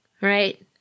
right